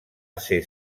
ésser